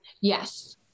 Yes